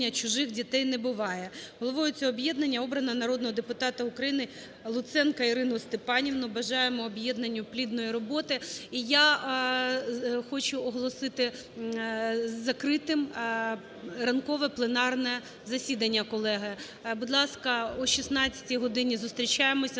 "Чужих дітей не буває". Головою цього об'єднання обрано народного депутата України Луценко Ірину Степанівну. Бажаємо об'єднанню плідної роботи. Я хочу оголосити закритим ранкове пленарне засідання, колеги. Будь ласка, о 16 годині зустрічаємося